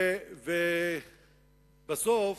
ובסוף,